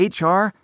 HR